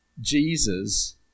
Jesus